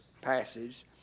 passage